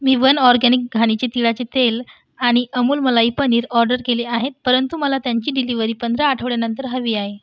मी one organic घाणीचे तिळाचे तेल आणि अमूल मलई पनीर ऑर्डर केले आहेत परंतु मला त्यांची डिलिवरी पंधरा आठवड्यानंतर हवी आहे